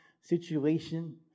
situation